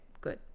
good